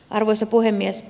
arvoisa puhemies